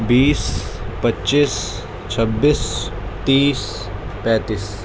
بیس پچیس چھبیس تیس پینتیس